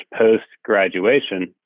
post-graduation